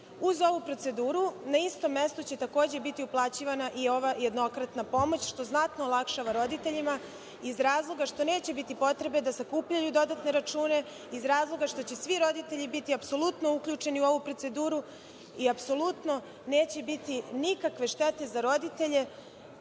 ovu proceduru na istom mestu će, takođe, biti uplaćivana i ova jednokratna pomoć, što znatno olakšava roditeljima, iz razloga što neće biti potrebe da sakupljaju dodatne račune, iz razloga što će svi roditelji biti apsolutno uključeni u ovu proceduru i apsolutno neće biti nikakve štete za roditelje